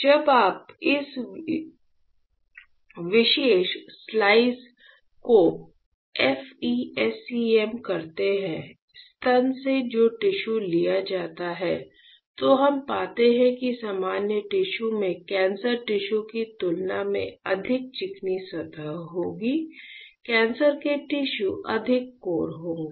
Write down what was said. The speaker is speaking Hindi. जब आप इस विशेष स्लाइस को FE SEM करते हैं स्तन से जो टिश्यू लिया जाता है तो हम पाते हैं कि सामान्य टिश्यू में कैंसर टिश्यू की तुलना में अधिक चिकनी सतह होगी कैंसर के टिश्यू अधिक कोर होंगे